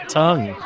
tongue